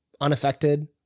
unaffected